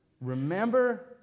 remember